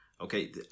okay